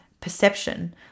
perception